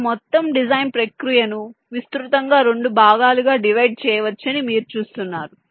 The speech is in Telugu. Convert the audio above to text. ఈ మొత్తం డిజైన్ ప్రక్రియను విస్తృతంగా 2 భాగాలుగా డివైడ్ చేయవచ్చని మీరు చూస్తున్నారు